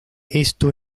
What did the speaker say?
esto